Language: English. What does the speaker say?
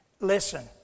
Listen